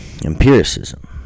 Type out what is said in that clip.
empiricism